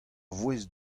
voest